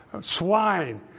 swine